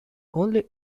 only